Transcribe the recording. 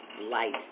light